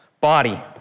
body